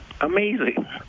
amazing